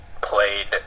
played